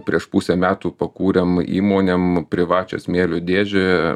prieš pusę metų pakūrėm įmonėm privačią smėlio dėžę